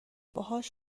باهاش